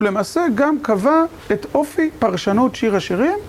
למעשה גם קבע את אופי פרשנות שיר השירים.